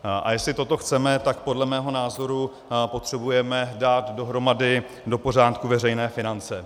A jestli toto chceme, tak podle mého názoru potřebujeme dát dohromady, do pořádku veřejné finance.